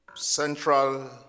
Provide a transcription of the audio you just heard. central